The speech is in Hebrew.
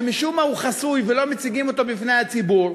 שמשום מה הוא חסוי ולא מציגים אותו בפני הציבור,